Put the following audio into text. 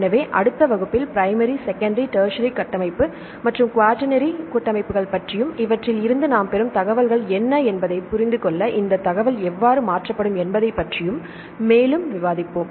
எனவே அடுத்த வகுப்பில் பிரைமரி செகண்டரி டெர்ஸ்சரி கட்டமைப்பு மற்றும் குவாட்டர்னரி கட்டமைப்புகள் பற்றியும் இவற்றில் இருந்து நாம் பெறும் தகவல்கள் என்ன என்பதையும் புரிந்துகொள்ள இந்த தகவல் எவ்வாறு மாற்றப்படும் என்பதையும் பற்றி மேலும் விவாதிப்போம்